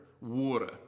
Water